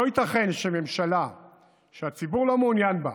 לא ייתכן שממשלה שהציבור לא מעוניין בה,